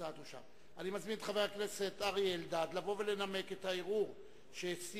אני מזמין את חבר הכנסת אריה אלדד לבוא ולנמק את הערעור שסיעתו,